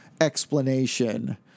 explanation